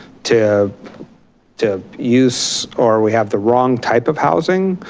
to to use or we have the wrong type of housing.